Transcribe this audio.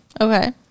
Okay